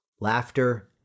Laughter